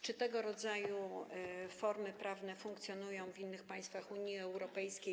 Czy tego rodzaju formy prawne funkcjonują w innych państwach Unii Europejskiej?